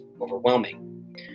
overwhelming